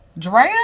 Drea